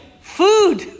food